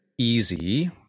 easy